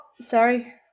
Sorry